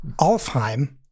Alfheim